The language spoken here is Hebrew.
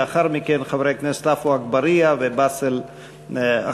ולאחר מכן חברי הכנסת עפו אגבאריה ובאסל גטאס